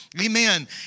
Amen